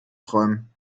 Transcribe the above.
träumen